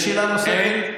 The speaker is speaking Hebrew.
יש שאלה נוספת?